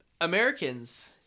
Americans